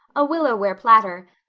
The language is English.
a willow-ware platter,